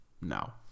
now